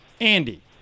Andy